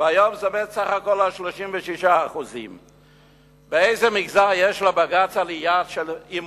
והיום זה עומד בסך הכול על 36%. באיזה מגזר יש לבג"ץ עלייה באמון?